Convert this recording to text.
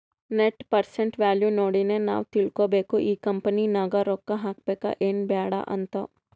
net present value ನೋಡಿನೆ ನಾವ್ ತಿಳ್ಕೋಬೇಕು ಈ ಕಂಪನಿ ನಾಗ್ ರೊಕ್ಕಾ ಹಾಕಬೇಕ ಎನ್ ಬ್ಯಾಡ್ ಅಂತ್